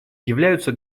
являются